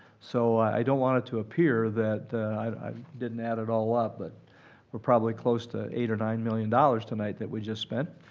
so i don't want it to appear that i didn't add it all up. but we're probably close to eight or nine million dollars tonight that we just spent,